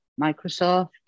Microsoft